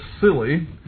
silly